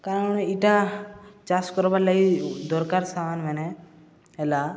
କାରଣ ଇଟା ଚାଷ କର୍ବାର୍ ଲାଗି ଦରକାର ସାମାନ ମାନେ ହେଲା